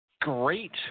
great